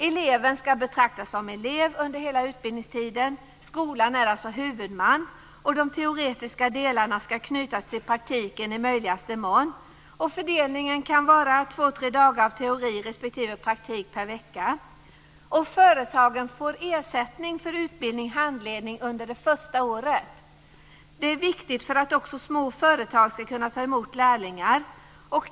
Eleven ska betraktas som elev under hela utbildningstiden - skolan är alltså huvudman - och de teoretiska delarna ska knytas till praktiken i möjligaste mån. Fördelningen bör vara 2-3 dagar av teori respektive praktik per vecka. Företagen får ersättning för utbildning och handledning under det första året. Detta är viktigt för att också små företag ska kunna ta emot lärlingar.